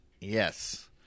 Yes